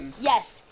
yes